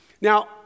Now